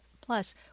plus